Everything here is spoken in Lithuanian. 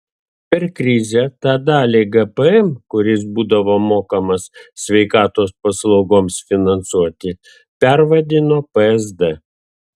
per krizę tą dalį gpm kuris būdavo mokamas sveikatos paslaugoms finansuoti pervadino psd